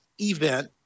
event